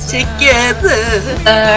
Together